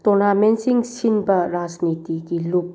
ꯇꯣꯔꯅꯥꯃꯦꯟꯁꯤꯡ ꯁꯤꯟꯕ ꯔꯥꯖꯅꯤꯇꯤꯒꯤ ꯂꯨꯞ